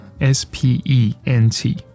S-P-E-N-T